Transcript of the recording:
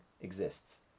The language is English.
exists